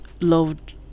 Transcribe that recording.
loved